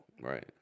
Right